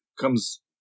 comes